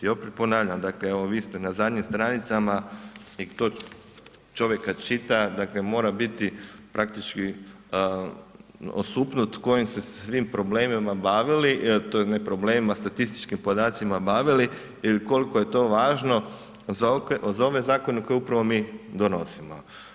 I opet ponavljam, dakle evo vi ste na zadnjim stranicama i to čovjek kad čita, dakle mora biti praktički osupnut kojim se svim problemima bavili, ne problemima, statističkim podacima bavili jer ukoliko je to važno za ove zakone koje upravo mi donosimo.